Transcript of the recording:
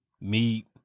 meat